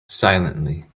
silently